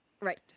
Right